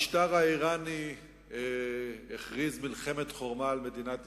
המשטר האירני הכריז מלחמת חורמה על מדינת ישראל,